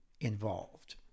involved